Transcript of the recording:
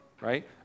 right